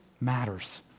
matters